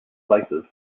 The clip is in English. places